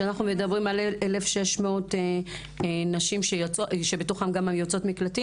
אנחנו מדברים על 1,600 נשים שבתוכן גם יוצאות מקלטים?